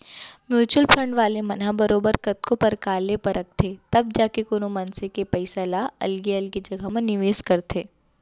mutual fund वाले मन ह बरोबर कतको परकार ले परखथें तब जाके कोनो मनसे के पइसा ल अलगे अलगे जघा म निवेस करथे